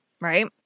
Right